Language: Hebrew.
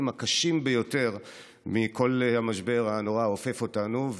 באופן הקשה ביותר מכל המשבר הנורא האופף אותנו.